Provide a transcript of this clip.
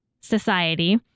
society